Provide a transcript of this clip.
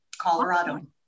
Colorado